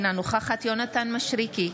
אינה נוכחת יונתן מישרקי,